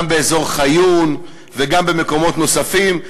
גם באזור חיון וגם במקומות נוספים,